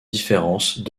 différences